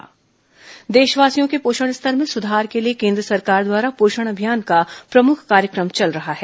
पोषण अभियान देशवासियों के पोषण स्तर में सुधार के लिए केन्द्र सरकार पोषण अभियान का प्रमुख कार्यक्रम चला रही है